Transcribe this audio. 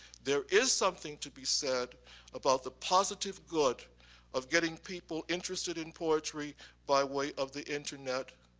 there is something to be said about the positive good of getting people interested in poetry by way of the internet.